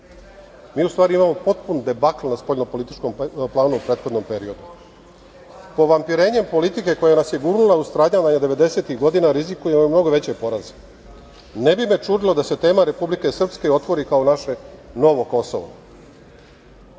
Mi u stvari imamo potpuni debakl na spoljnopolitičkom planu u prethodnom periodu. Povampirenjem politike koja nas je gurnula u stradanja 90-ih godina rizikujemo mnogo veće poraze. Ne bi me čudilo da se tema Republike Srpske otvori kao naše novo Kosovo.